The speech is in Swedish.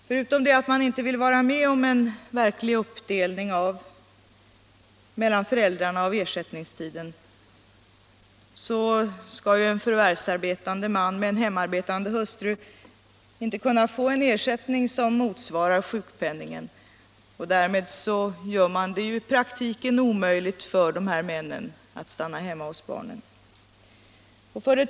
Förutom Tisdagen den det att man inte vill vara med om en verklig uppdelning av ersättnings 17 maj 1977 tiden mellan föräldrarna kan ju en förvärvsarbetande man med hemar= = betande hustru inte få en ersättning som motsvarar sjukpenningen, och = Föräldraförsäkringdärmed blir det ju i praktiken omöjligt för mannen att stanna hemma = en, m.m. hos barnen.